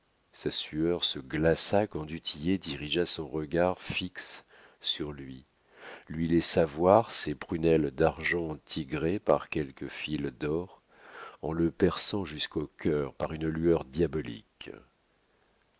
sa sueur se glaça quand du tillet dirigea son regard fixe sur lui lui laissa voir ses prunelles d'argent tigrées par quelques fils d'or en le perçant jusqu'au cœur par une lueur diabolique